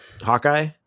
Hawkeye